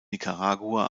nicaragua